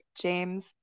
James